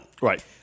Right